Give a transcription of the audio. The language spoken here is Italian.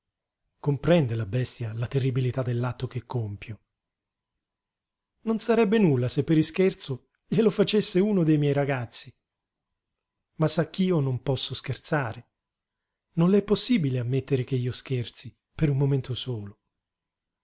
comprende la bestia la terribilità dell'atto che compio non sarebbe nulla se per ischerzo glielo facesse uno dei miei ragazzi ma sa ch'io non posso scherzare non le è possibile ammettere che io scherzi per un momento solo